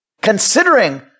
Considering